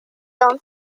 tom